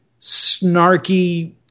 snarky